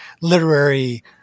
literary